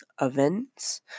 events